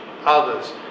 others